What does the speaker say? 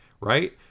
right